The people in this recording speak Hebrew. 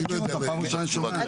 אני לא יודע, פעם ראשונה שאני שומע.